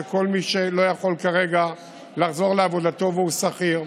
לכל מי שלא יכול כרגע לחזור לעבודתו והוא שכיר,